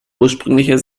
ursprünglicher